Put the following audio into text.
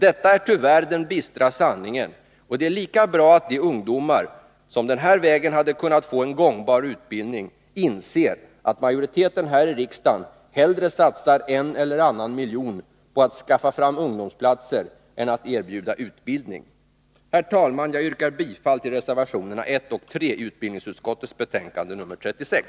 Detta är tyvärr den bistra sanningen, och det är lika bra att de ungdomar som den här vägen hade kunnat få en gångbar utbildning inser att majoriteten här i riksdagen hellre satsar en eller annan miljon på att ”skaffa fram ungdomsplatser” än att erbjuda utbildning! Herr talman! Jag yrkar bifall till reservationerna 1 och 3 i utbildningsutskottets betänkande nr 36.